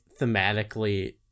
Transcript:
thematically